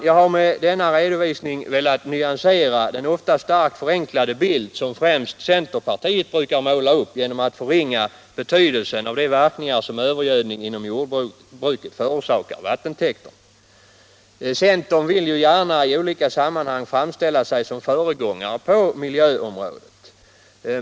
Jag har med denna redovisning velat nyansera den ofta starkt förenklade bild som främst centerpartiet brukar måla upp genom att förringa betydelsen av de verkningar som övergödning inom jordbruket har på vattentäkterna. Centern vill ju gärna i olika sammanhang framställa sig som föregångare på miljöområdet.